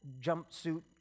jumpsuit